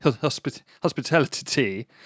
Hospitality